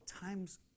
Time's